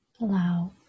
allow